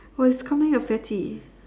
or becoming a fatty